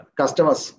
customers